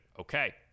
Okay